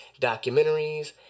documentaries